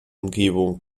umgebung